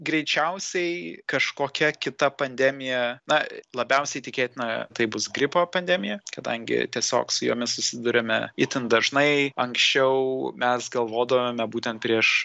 greičiausiai kažkokia kita pandemija na labiausiai tikėtina tai bus gripo pandemija kadangi tiesiog su jomis susiduriame itin dažnai anksčiau mes galvodavome būtent prieš